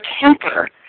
temper